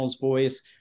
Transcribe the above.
voice